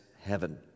heaven